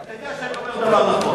אתה יודע שאני אומר דבר נכון.